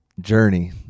journey